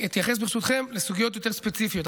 אתייחס ברשותכם לסוגיות יותר ספציפיות,